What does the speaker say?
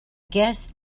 guess